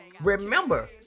Remember